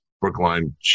brookline